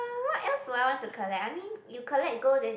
uh what else do I want to collect I mean you collect gold then